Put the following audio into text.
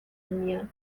میاد